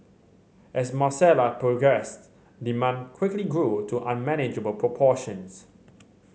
as Marcella progressed demand quickly grew to unmanageable proportions